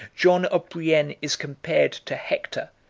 john of brienne is compared to hector,